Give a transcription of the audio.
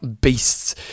beasts